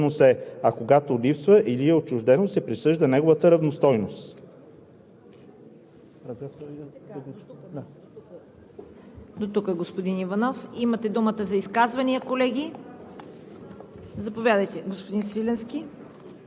случаите по ал. 1 и 2 моторното превозно средство, послужило за извършване на деянието, се отнема в полза на държавата, независимо чия собственост е, а когато липсва или е отчуждено, се присъжда неговата равностойност.“